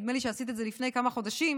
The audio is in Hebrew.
נדמה לי שעשית את זה לפני כמה חודשים,